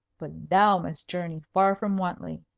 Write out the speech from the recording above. but thou must journey far from wantley,